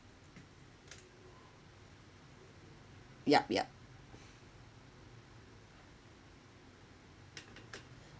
yup yup